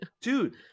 Dude